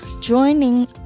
Joining